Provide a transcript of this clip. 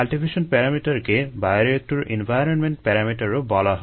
cultivation প্যারামিটারকে bioreactor environment প্যারামিটারও বলা হয়